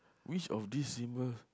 which of these symbol